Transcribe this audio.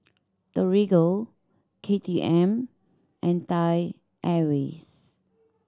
Torigo K T M and Thai Airways